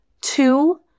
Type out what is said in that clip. two